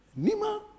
Nima